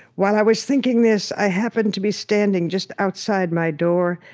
while i was thinking this i happened to be standing just outside my door,